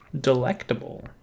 delectable